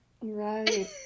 right